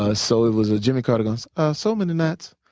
ah so it was jimmy carter going so many nights,